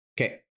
Okay